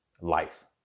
life